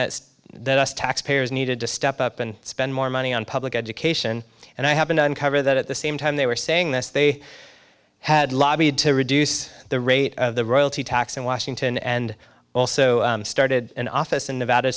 that that us taxpayers needed to step up and spend more money on public education and i have been uncovered that at the same time they were saying this they had lobbied to reduce the rate of the royalty tax in washington and also started an office in nevada